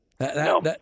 No